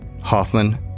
Hoffman